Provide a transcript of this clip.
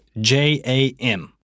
J-A-M